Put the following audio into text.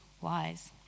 wise